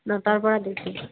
নটাৰ পৰা ডিউটি